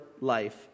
life